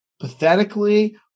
pathetically